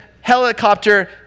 helicopter